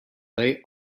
they